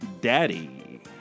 Daddy